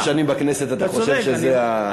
הרבה שנים בכנסת אתה חושב שזה, אתה צודק.